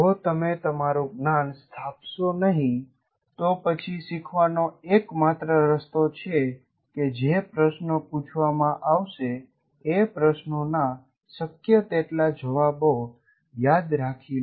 જો તમે તમારું જ્ઞાન સ્થાપશો નહિ તો પછી શીખવાનો એકમાત્ર રસ્તો છે કે જે પ્રશ્નો પૂછવામાં આવશે એ પ્રશ્નોના શક્ય તેટલા જવાબો યાદ રાખી લો